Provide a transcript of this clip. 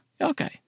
Okay